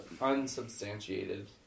Unsubstantiated